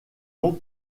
donc